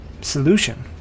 solution